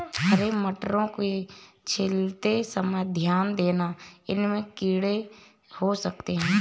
हरे मटरों को छीलते समय ध्यान देना, इनमें कीड़े हो सकते हैं